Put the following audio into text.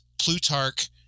plutarch